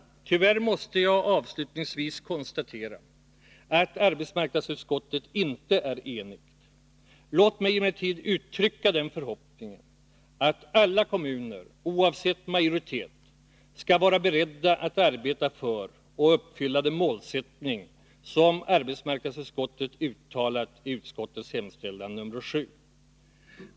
Tyvärr måste jag avslutningsvis konstatera att arbetsmarknadsutskottet inte är enigt. Låt mig emellertid uttrycka förhoppningen att alla kommuner, oavsett majoritet, skall vara beredda att arbeta för och uppfylla den målsättning som arbetsmarknadsutskottet har uttalat i utskottets hemställan i moment 7.